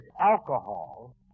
alcohol